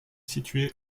située